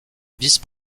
vice